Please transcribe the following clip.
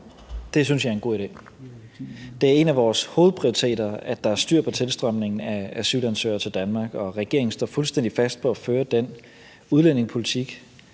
det synes jeg er en god idé. Det er en af vores hovedprioriteter, at der er styr på tilstrømningen af asylansøgere til Danmark, og regeringen står fuldstændig fast på at føre den udlændingepolitik,